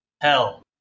Hell